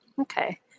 Okay